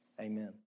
Amen